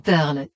Pearl